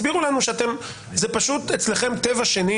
הסבירו לנו שזה פשוט אצלכם טבע שני,